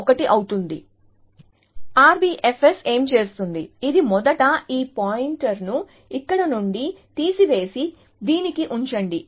RBFS ఏమి చేస్తుంది ఇది మొదట ఈ పాయింటర్ను ఇక్కడ నుండి తీసివేసి దీనికి ఉంచండి